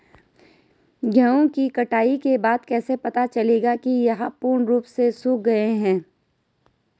गेहूँ की कटाई के बाद कैसे पता चलेगा ये पूर्ण रूप से सूख गए हैं?